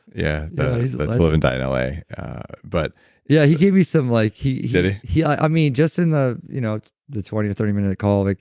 yeah like and but yeah, he gave me some. like he did ah he? i mean, just in the you know the twenty to thirty minute call, like